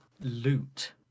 loot